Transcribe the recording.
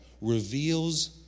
reveals